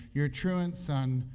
your truant son,